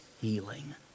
healing